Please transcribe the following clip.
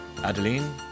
Adeline